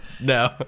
No